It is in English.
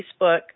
Facebook